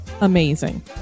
Amazing